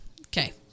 okay